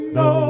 no